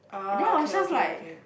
and then I was just like